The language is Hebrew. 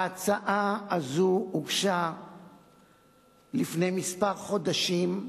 ההצעה הזאת הוגשה לפני כמה חודשים,